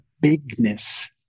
bigness